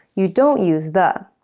you don't use the.